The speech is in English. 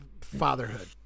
fatherhood